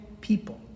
people